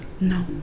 No